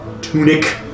tunic